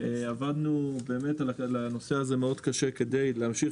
עבדנו על הנושא הזה מאוד קשה כדי להמשיך